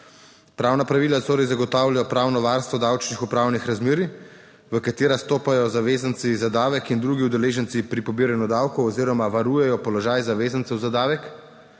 pravna pravila torej zagotavlja pravno varstvo davčnih pravnih razmerij, v katera vstopajo zavezanci za davek in drugi udeleženci pri pobiranju davkov oziroma varujejo položaj zavezancev za davek